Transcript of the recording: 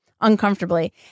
uncomfortably